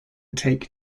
take